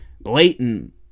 blatant